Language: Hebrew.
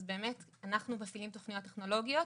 אז באמת אנחנו מפעילים תוכניות טכנולוגיות,